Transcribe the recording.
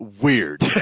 Weird